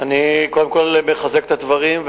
אני קודם כול מחזק את הדברים,